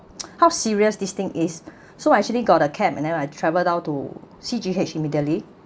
how serious this thing is so actually got a cab and then I travel down to C_G_H immediately